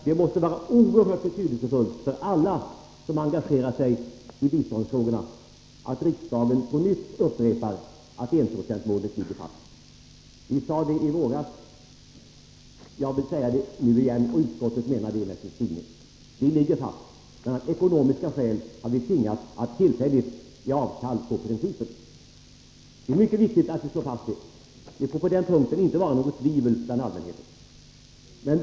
Det måste vara oerhört betydelsefullt för alla som engagerar sig i biståndsfrågorna att riksdagen på nytt upprepar att enprocentsmålet ligger fast. Vi sade det i våras, jag vill säga det nu igen, och utskottet menar detsamma med sin skrivning. Målet ligger fast, men av ekonomiska skäl har vi tvingats att tillfälligt ge avkall på principen. Det är mycket viktigt att slå fast detta. Det får på den punkten inte råda något tvivel hos allmänheten.